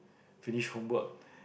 finish homework